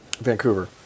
Vancouver